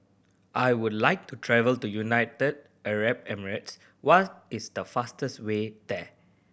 I would like to travel to United Arab Emirates What is the fastest way there